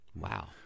Wow